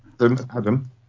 Adam